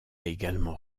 également